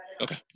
Okay